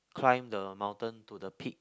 climb the mountain to the peak